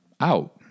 out